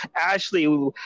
Ashley